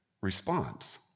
response